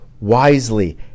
wisely